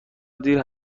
دیر